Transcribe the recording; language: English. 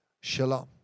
Shalom